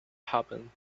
happen